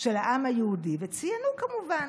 של העם היהודי, וציינו כמובן